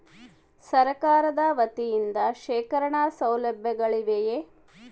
ಸರಕಾರದ ವತಿಯಿಂದ ಶೇಖರಣ ಸೌಲಭ್ಯಗಳಿವೆಯೇ?